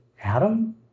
Adam